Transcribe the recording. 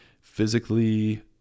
physically